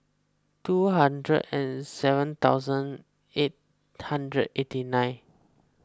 two hundred and seven thousand eight hundred eighty nine